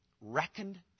reckoned